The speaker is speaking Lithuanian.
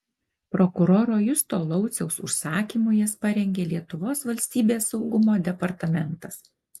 prokuroro justo lauciaus užsakymu jas parengė lietuvos valstybės saugumo departamentas